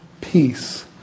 Peace